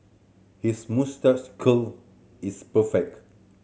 his moustache curl is perfect